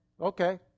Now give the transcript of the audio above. okay